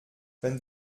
wenn